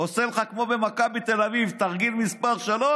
הוא עושה לך כמו במכבי תל אביב, תרגיל מס' 3: